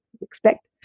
expect